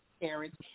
parents